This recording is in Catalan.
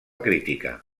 crítica